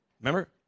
remember